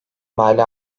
mali